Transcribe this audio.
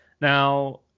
Now